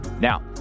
Now